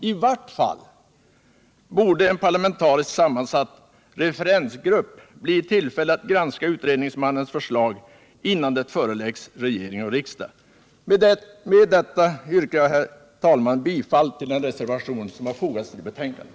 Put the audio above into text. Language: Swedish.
I vart fall borde en parlamentariskt sammansatt referensgrupp bli i tillfälle att granska utredningsmannens förslag innan det föreläggs regering och riksdag. Med detta yrkar jag, herr talman, bifall till den reservation som fogats till betänkandet.